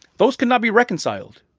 those could not be reconciled.